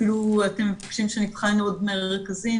אתם מבקשים שנבחן עוד מרכזים,